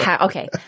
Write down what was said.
okay